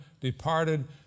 departed